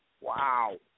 Wow